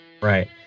right